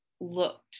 looked